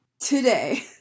Today